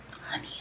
honey